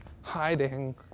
hiding